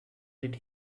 did